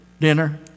dinner